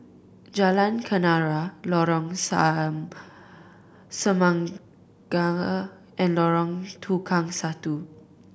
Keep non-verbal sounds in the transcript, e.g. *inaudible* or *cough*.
Jalan Kenarah Lorong *unintelligible* Semangka and Lorong Tukang Satu